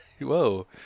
Whoa